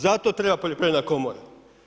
Zato treba poljoprivredna komora.